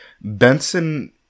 benson